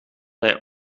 hij